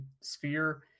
sphere